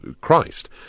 Christ